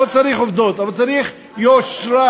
לא צריך עובדות, אבל צריך יושרה,